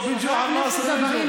חבר הכנסת ג'בארין,